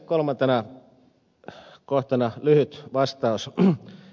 kolmantena kohtana lyhyt vastaus ed